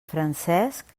francesc